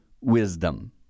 wisdom